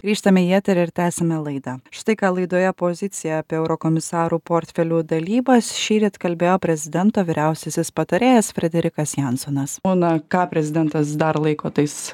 grįžtame į eterį ir tęsiame laidą štai ką laidoje opozicija apie eurokomisarų portfelių dalybas šįryt kalbėjo prezidento vyriausiasis patarėjas frederikas jansonas o na ką prezidentas dar laiko tais